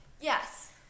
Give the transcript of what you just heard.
Yes